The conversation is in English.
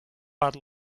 bad